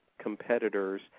competitors